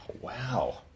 Wow